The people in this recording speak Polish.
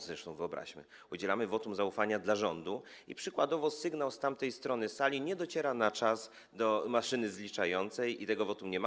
Zresztą nie wyobraźmy - udzielamy wotum zaufania rządowi i przykładowo sygnał z tamtej strony sali nie dociera na czas do maszyny zliczającej, i tego wotum nie ma.